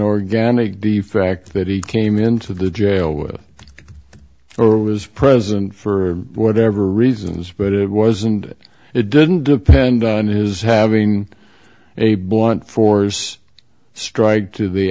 organic the fact that he came into the jail or was present for whatever reasons but it was and it didn't depend on his having a blunt force strike to the